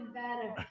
better